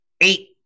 eight